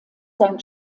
sein